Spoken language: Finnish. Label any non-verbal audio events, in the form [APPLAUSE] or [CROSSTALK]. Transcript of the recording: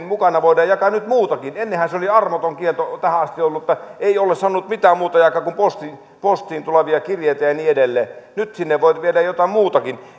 [UNINTELLIGIBLE] mukana voidaan jakaa nyt muutakin ennenhän tähän asti oli armoton kielto että ei ole saanut mitään muuta jakaa kuin postiin tulevia kirjeitä ja ja niin edelleen nyt sinne voi viedä jotain muutakin [UNINTELLIGIBLE]